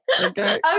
Okay